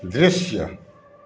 दृश्य